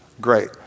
Great